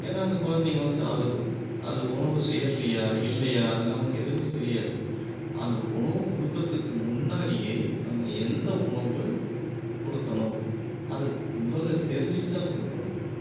ஏன்னா அந்த குழந்தைங்கள் வந்து அழுகும் அது உணவு சேரலையா இல்லையா அது நமக்கு எதுவுமே தெரியாது அந்த உணவு கொடுக்குறதுக்கு முன்னாடியே நம்ம எந்த உணவு கொடுக்கணும் அதை முதலில் தெரிஞ்சுகிட்டு தான் கொடுக்கணும்